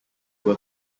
were